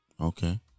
Okay